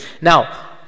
Now